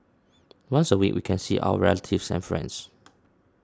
once a week we can see our relatives and friends